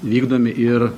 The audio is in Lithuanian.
vykdomi ir